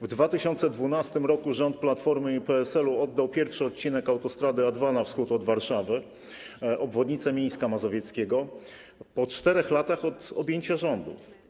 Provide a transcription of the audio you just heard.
W 2012 r. rząd Platformy i PSL-u oddał pierwszy odcinek autostrady A2 na wschód od Warszawy, obwodnicę Mińska Mazowieckiego, po 4 latach od objęcia rządów.